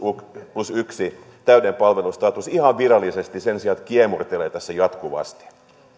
plus yksi täyden palvelun status ihan virallisesti sen sijaan että kiemurrellaan tässä jatkuvasti